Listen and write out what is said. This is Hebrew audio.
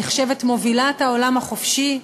נחשבת מובילת העולם החופשי.